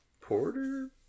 porter